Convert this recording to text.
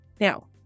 Now